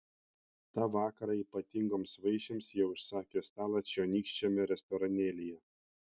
tą vakarą ypatingoms vaišėms jie užsakė stalą čionykščiame restoranėlyje